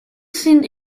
sind